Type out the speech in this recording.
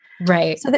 Right